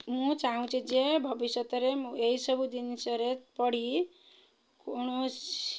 ମୁଁ ଚାହୁଁଛି ଯେ ଭବିଷ୍ୟତରେ ମୁଁ ଏହିସବୁ ଜିନିଷରେ ପଡ଼ି କୌଣସି